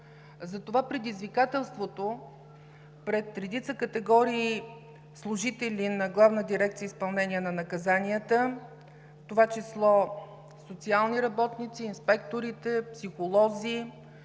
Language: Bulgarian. Затова предизвикателството пред редица категории служители на Главна дирекция „Изпълнение на наказанията“, в това число социални работници, инспектори, психолози,